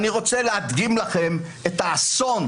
אני רוצה להדגים לכם את האסון